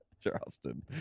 Charleston